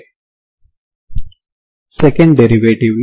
కాబట్టి ఇప్పుడు ఇది ప్రత్యక్షంగా లెక్కించడం అవుతుంది